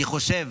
אני חושב